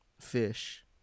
fish